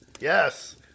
Yes